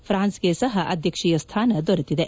ಫ್ರಾನ್ಸ್ಗೆ ಸಹ ಅಧ್ಯಕ್ಷೀಯ ಸ್ಥಾನ ದೊರೆತಿದೆ